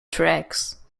tracks